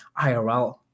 IRL